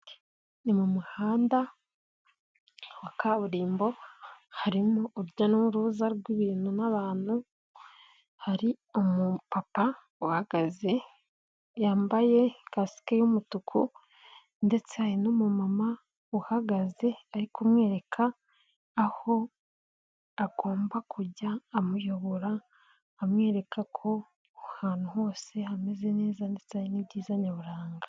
Ni mu muhanda wa kaburimbo harimo urujya n'uruza rw'ibintu n'abantu, hari umupapa uhagaze yambaye kasike y'umutuku ndetse hari n'umumama uhagaze ari kumwereka aho agomba kujya amuyobora, amwereka ko ahantu hose hameze neza ndetse hari n'ibyiza nyaburanga.